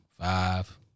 five